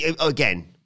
again